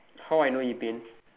how I know he pain